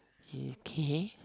okay